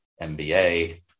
MBA